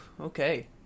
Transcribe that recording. okay